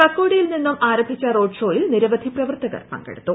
കക്കോടിയിൽ നിന്നും ആരംഭിച്ച റോഡ് ഷോയിൽ നിരവധി പ്രവർത്തകർ പങ്കെടുത്തു